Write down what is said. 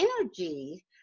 energy